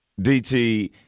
DT